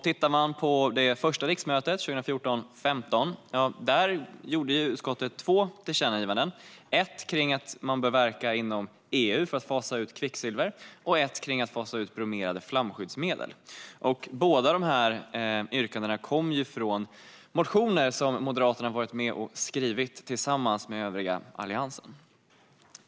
Under det första riksmötet, 2014/15, gjorde utskottet två tillkännagivanden: ett kring att man bör verka inom EU för att fasa ut kvicksilver och ett kring att fasa ut bromerade flamskyddsmedel. Både dessa yrkanden kom från motioner som Moderaterna varit med och skrivit tillsammans med övriga Alliansen.